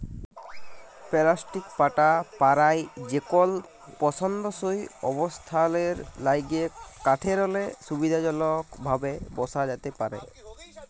plastic পাটা পারায় যেকল পসন্দসই অবস্থালের ল্যাইগে কাঠেরলে সুবিধাজলকভাবে বসা যাতে পারহে